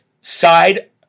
side